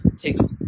takes